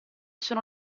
sono